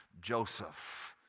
Joseph